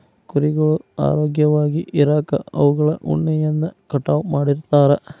ಕುರಿಗಳು ಆರೋಗ್ಯವಾಗಿ ಇರಾಕ ಅವುಗಳ ಉಣ್ಣೆಯನ್ನ ಕಟಾವ್ ಮಾಡ್ತಿರ್ತಾರ